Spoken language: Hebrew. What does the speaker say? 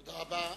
תודה רבה.